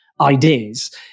ideas